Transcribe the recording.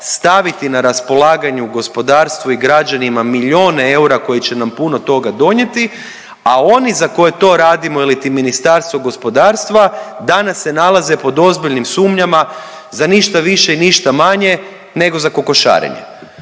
staviti na raspolaganju gospodarstvu i građanima milijun eura koji će nam puno toga donijeti, a oni za koje to radimo iliti Ministarstvo gospodarstva danas se nalaze pod ozbiljnim sumnjama za ništa više i ništa manje nego za kokošarenje.